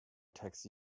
taxi